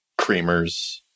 creamers